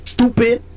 Stupid